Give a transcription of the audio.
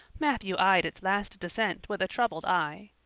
matthew eyed its last descent with a troubled eye.